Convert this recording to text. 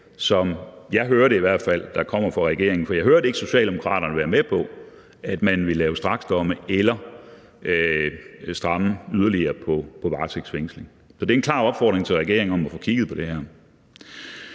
som jeg i hvert fald hører det, der kommer fra regeringen. For jeg hørte ikke Socialdemokraterne være med på, at man ville lave straksdomme eller stramme yderligere, hvad angår varetægtsfængsling. Så det er en klar opfordring til regeringen om at få kigget på det her.